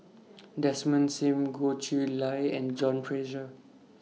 Desmond SIM Goh Chiew Lye and John Fraser